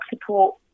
support